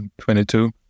22